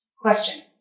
Question